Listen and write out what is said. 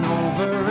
over